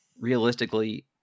realistically